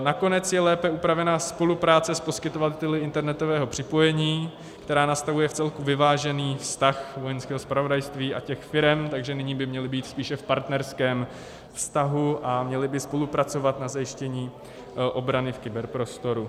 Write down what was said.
Nakonec je lépe upravená spolupráce s poskytovateli internetového připojení, která nastavuje vcelku vyvážený vztah Vojenského zpravodajství a těch firem, takže nyní by měly být spíše v partnerském vztahu a měly by spolupracovat na zajištění obrany v kyberprostoru.